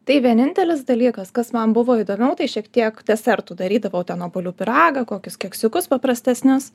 tai vienintelis dalykas kas man buvo įdomiau tai šiek tiek desertų darydavau ten obuolių pyragą kokius keksiukus paprastesnius